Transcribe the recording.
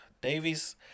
Davies